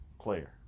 Player